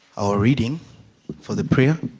all reading for the prior